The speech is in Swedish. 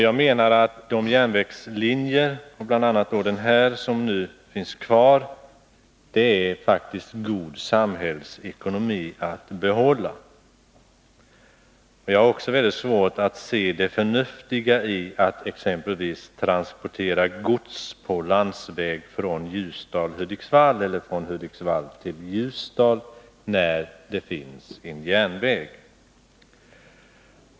Jag menar att det är god samhällsekonomi att behålla de järnvägslinjer, bl.a. denna, som fortfarande finns kvar. Jag har svårt att se det förnuftiga i att exempelvis transportera gods på landsväg från Ljusdal till Hudiksvall eller vice versa, när det finns en järnväg.